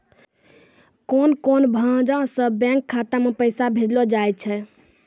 कोन कोन भांजो से बैंक खाता मे पैसा भेजलो जाय छै?